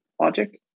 logic